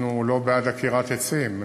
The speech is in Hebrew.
אנחנו לא בעד עקירת עצים.